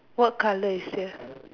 what colour is there